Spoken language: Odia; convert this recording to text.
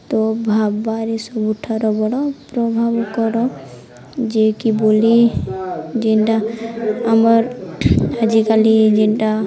ତ ଭାବ୍ବାର ହିଁ ସବୁଠାରୁ ବଡ଼ ପ୍ରଭାବକର ଯେକି ବୋଲି ଯେନ୍ଟା ଆମର୍ ଆଜିକାଲି ଯେନ୍ଟା